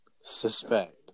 Suspect